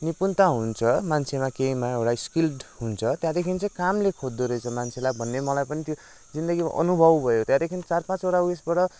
निपुणता हुन्छ मान्छेमा केहीमा एउटा स्किल्ड हुन्छ त्यहाँदेखि चाहिँ कामले खोज्दो रहेछ भन्ने मलाई पनि जिन्दगीमा अनुभव भयो त्यहाँदेखि चार पाँच उयसबाट